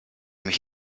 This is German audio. mich